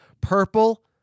Purple